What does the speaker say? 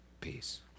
peace